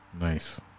nice